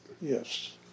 yes